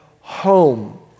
home